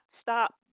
stop